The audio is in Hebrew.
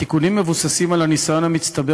התיקונים מבוססים על הניסיון המצטבר